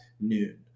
noon